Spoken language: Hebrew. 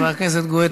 חבר הכנסת גואטה.